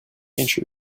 inch